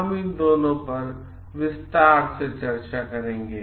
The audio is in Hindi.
हम इन दोनों पर विस्तार से चर्चा करेंगे